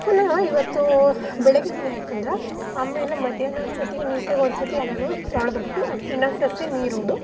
ಪುನಃ ಇವತ್ತೂ ಬೆಳಗ್ಗೆ ಉನಿ ಹಾಕಿದ್ರೆ ಆಮೇಲೆ ಮಧ್ಯಾಹ್ನ ಅಷ್ಟೊತ್ತಿಗೆ ನೀಟಾಗಿ ಒಂದ್ಸರ್ತಿ ಎಲ್ಲನೂ ತೊಳೆದ್ಬಿಟ್ಟು ಅದ್ಕೆ ಇನ್ನೊಂದ್ಸಸಿ ನೀರೂದು